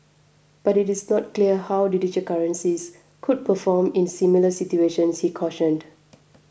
but it is not clear how digital currencies could perform in similar situations he cautioned